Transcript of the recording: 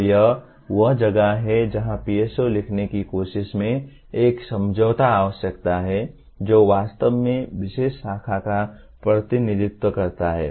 तो यह वह जगह है जहां PSO लिखने की कोशिश में एक समझौता आवश्यक है जो वास्तव में विशेष शाखा का प्रतिनिधित्व करता है